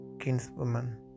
kinswoman